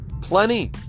Plenty